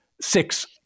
six